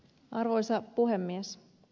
arvoisa puhemies